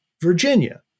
Virginia